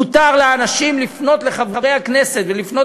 מותר לאנשים לפנות לחברי הכנסת ולפנות